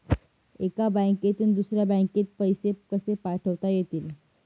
एका बँकेतून दुसऱ्या बँकेत पैसे कसे पाठवता येतील?